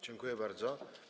Dziękuję bardzo.